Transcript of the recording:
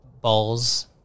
balls